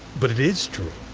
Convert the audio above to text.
but it is true.